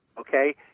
okay